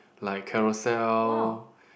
like Carousell